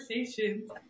conversations